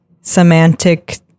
semantic